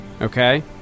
Okay